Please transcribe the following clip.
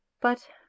But